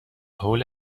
هول